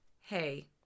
hey